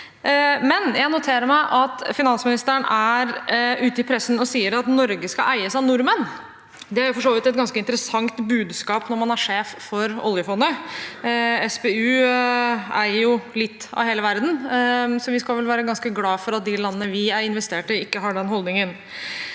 det. Jeg noterer meg at finansministeren er ute i pressen og sier at Norge skal eies av nordmenn. Det er for så vidt et ganske interessant budskap når man er sjef for oljefondet. SPU eier jo litt av hele verden, så vi skal vel være ganske glad for at de landene vi har investert i, ikke har den holdningen.